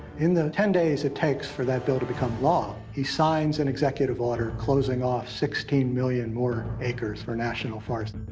in the ten days it takes for that bill to become law, he signs an and executive order closing off sixteen million more acres for national forests.